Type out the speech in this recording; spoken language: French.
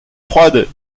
froide